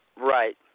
right